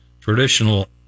traditional